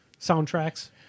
soundtracks